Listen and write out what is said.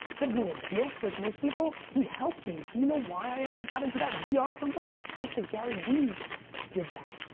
sort of being a dick like most people he helped me. do you know why i ever got into that vr ah company. it was because garyvee did that.